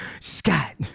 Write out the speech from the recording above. scott